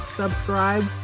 subscribe